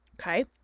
okay